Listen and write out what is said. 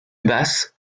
basse